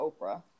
Oprah